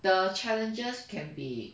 the challenges can be